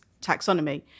taxonomy